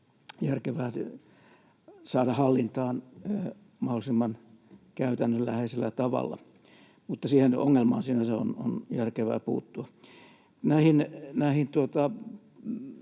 järkevää saada hallintaan mahdollisimman käytännönläheisellä tavalla. Siihen ongelmaan sinänsä on järkevää puuttua. Näihin